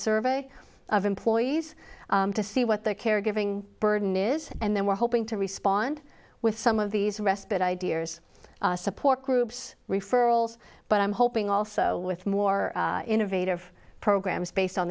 survey of employees to see what the caregiving burden is and then we're hoping to respond with some of these respite ideas support groups referrals but i'm hoping also with more innovative programs based on